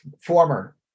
former